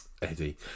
Eddie